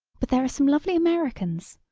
but there are some lovely americans.